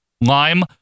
Lime